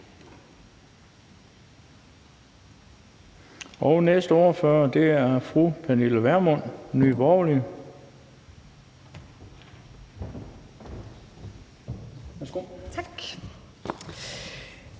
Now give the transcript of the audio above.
og det er fra fru Pernille Vermund, Nye Borgerlige. Værsgo. Kl.